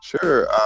Sure